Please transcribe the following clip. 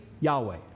Yahweh